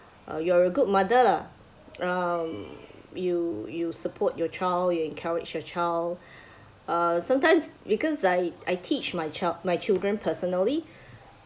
uh you are a good mother lah um you you support your child you encourage your child uh sometimes because I I teach my child my children personally